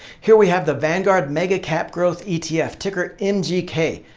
here we have the vanguard mega cap growth etf, ticker mgk.